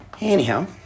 Anyhow